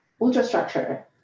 ultrastructure